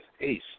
ace